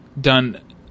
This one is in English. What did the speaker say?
done